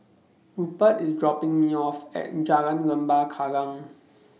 Rupert IS dropping Me off At Jalan Lembah Kallang